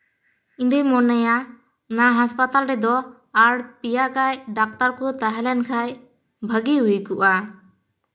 ᱤᱧᱫᱩᱧ ᱢᱚᱱᱮᱭᱟ ᱱᱚᱣᱟ ᱦᱟᱸᱥᱯᱟᱛᱟᱞ ᱨᱮᱫᱚ ᱟᱨ ᱯᱮᱭᱟ ᱜᱟᱱ ᱰᱟᱠᱛᱟᱨ ᱠᱚ ᱛᱟᱦᱮᱸ ᱞᱮᱱᱠᱷᱟᱱ ᱵᱷᱟᱹᱜᱤ ᱦᱩᱭ ᱠᱚᱜᱼᱟ